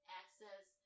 access